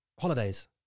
Holidays